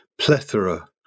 plethora